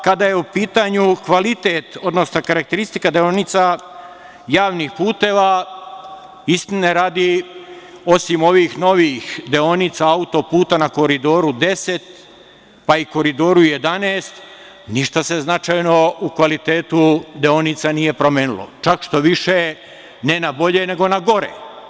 Kada je u pitanju kvalitet, odnosno karakteristika deonica javnih puteva, istine radi, osim ovih novih deonica auto-puta na Koridoru 10, pa i Koridoru 11, ništa se značajno u kvalitetu deonica nije promenilo, čak šta više ne na bolje, nego na gore.